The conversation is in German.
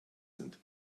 sind